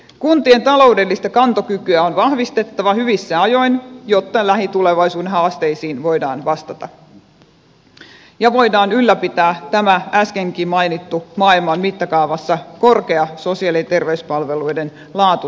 kuntien taloudellista kantokykyä on vahvistettava hyvissä ajoin jotta lähitulevaisuuden haasteisiin voidaan vastata ja voidaan ylläpitää tämä äskenkin mainittu maailman mittakaavassa korkea sosiaali ja terveyspalveluiden laatutaso